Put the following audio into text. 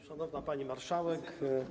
Szanowna Pani Marszałek!